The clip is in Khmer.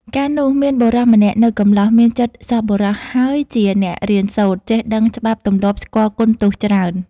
កាលនោះ មានបុរសម្នាក់ នៅកម្លោះ មានចិត្តសប្បុរសហើយជាអ្នករៀនសូត្រ ចេះដឹងច្បាប់ទម្លាប់ស្គាល់គុណទោសច្រើន។